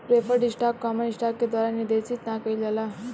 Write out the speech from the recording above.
preferred stock common stock के द्वारा निर्देशित ना कइल जाला